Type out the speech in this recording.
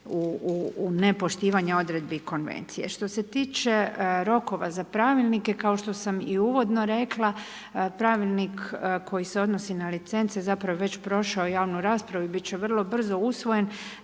u nepoštivanje odredbi konvencije. Što se tiče rokova za pravilnike, kao što sam i uvodno rekla, pravilnik koji se odnosi na licence zapravo je već prošao javnu raspravu i biti će vrlo brzo usvojen.